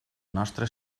nostre